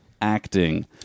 acting